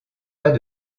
pas